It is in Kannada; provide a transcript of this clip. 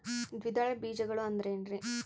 ದ್ವಿದಳ ಬೇಜಗಳು ಅಂದರೇನ್ರಿ?